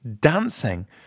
dancing